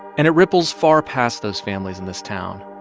and it ripples far past those families in this town.